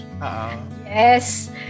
yes